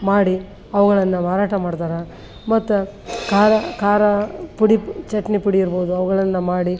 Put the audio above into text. ಮಾಡಿ ಅವುಗಳನ್ನು ಮಾರಾಟ ಮಾಡ್ತಾರೆ ಮತ್ತೆ ಖಾರ ಖಾರ ಪುಡಿ ಚಟ್ನಿ ಪುಡಿ ಇರ್ಬೋದು ಅವುಗಳನ್ನು ಮಾಡಿ